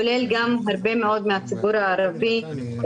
כולל גם הרבה מאוד מהציבור הערבי,